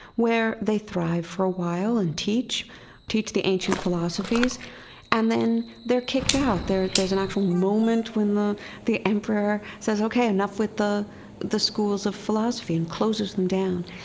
where they thrive for a while and teach teach the ancient philosophies and then they're kicked out. there's an actual moment when the the emperor says, ok, enough with the the schools of philosophy and closes them down.